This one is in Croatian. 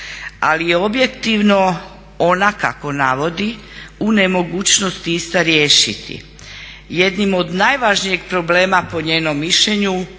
ali je objektivno ona kako navodi u nemogućnosti ista riješiti. Jednim od najvažnijeg problema po njenom mišljenju